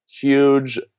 huge